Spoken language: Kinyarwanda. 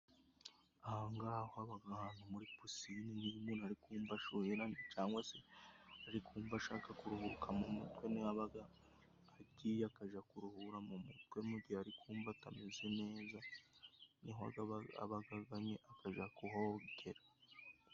Aha ngaho habaga ahantu muri pisinine. Niba umuntu arikumva ashuhiranye, cyangwase arikumva ashaka kuruhuka mu mutwe. Niho yabaga agiye akaja kuruhura mu mutwe. Mugihe ari kumva atameze neza nihoga abagaganye akaja kuhogera.